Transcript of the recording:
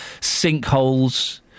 sinkholes